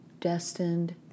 destined